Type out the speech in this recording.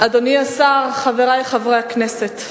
חושב שצריך לפעול וצריך להיאבק על מנת שתקום מדינה פלסטינית לצד מדינת